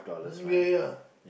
mm yeah yeah yeah